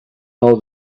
know